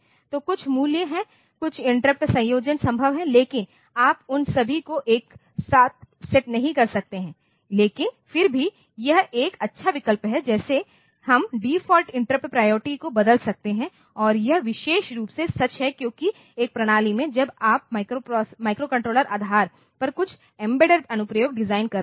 तो कुछ मूल्य हैं कुछ इंटरप्ट संयोजन संभव है लेकिन आप उन सभी को एक साथ सेट नहीं कर सकते हैं लेकिन फिर भी यह एक अच्छा विकल्प है जैसे हम डिफ़ॉल्ट इंटरप्ट प्रायोरिटी को बदल सकते हैं और यह विशेष रूप से सच है क्योंकि एक प्रणाली में जब आप माइक्रोकंट्रोलर आधार पर कुछ एम्बेडेड अनुप्रयोग डिज़ाइन कर रहे हैं